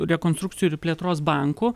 rekonstrukcijų ir plėtros banku